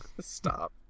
Stop